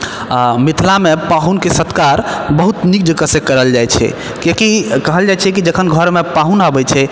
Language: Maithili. मिथिलामे पाहुनके सत्कार बहुत नीक जकाँसँ करल जाइ छै किएक कि कहल जाइ छै कि जखन घरमे पाहुन अबय छै